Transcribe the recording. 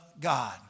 God